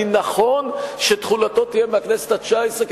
אני נכון שתחולתו תהיה מהכנסת התשע-עשרה,